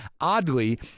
oddly